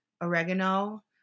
oregano